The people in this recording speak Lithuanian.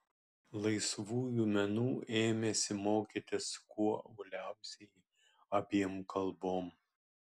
laisvųjų menų ėmėsi mokytis kuo uoliausiai abiem kalbom